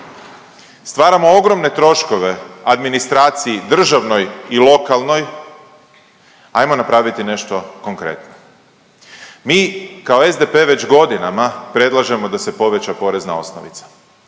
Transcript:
stvaramo ogromne troškove administraciji, državnoj i lokalnoj. Ajmo napraviti nešto konkretno. Mi kao SDP već godinama predlažemo da se poveća porezna osnovica.